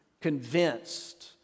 convinced